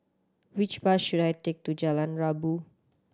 which bus should I take to Jalan Rabu